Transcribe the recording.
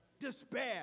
Despair